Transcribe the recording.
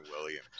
Williams